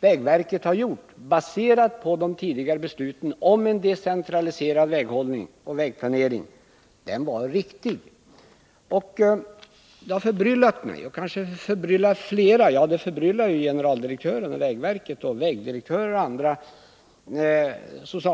vägverket har gjort, baserad på de tidigare besluten om en decentraliserad väghållning och vägplanering, var riktig. Socialdemokraternas hållning har förbryllat mig och kanske flera — ja, den förbryllar ju generaldirektören för vägverket, vägdirektörer och andra.